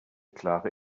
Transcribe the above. klare